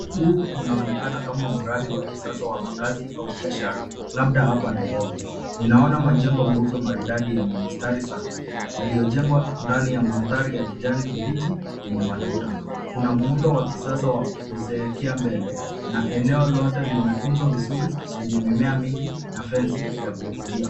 Huu unaonekana kama mradi wa kisasa wa makaazi au biashara labda hapa Nairobi. Ninaona majengo meupe maridadi yenye mistari safi yaliyojengwa ndani ya mandhari ya kijani kibichi yenye matuta. Kuna muundo wa kisasa wa kuzeekea mbele na eneo lote limetunzwa vizuri yenye mimea mingi na fence ya kuvutia.